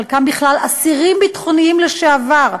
חלקם בכלל אסירים ביטחוניים לשעבר,